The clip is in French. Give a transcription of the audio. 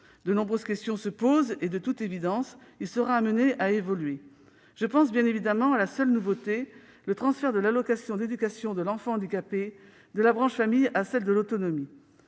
De multiples questions se posent et, de toute évidence, le champ sera amené à évoluer. Je pense bien évidemment à la seule nouveauté de ce texte, à savoir le transfert de l'allocation d'éducation de l'enfant handicapé de la branche famille à celle de l'autonomie.